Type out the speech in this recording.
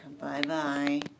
Bye-bye